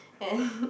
and